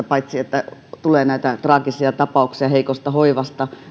paitsi että tulee näitä traagisia tapauksia heikosta hoivasta niin